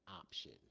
option